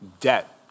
debt